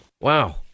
Wow